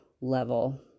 level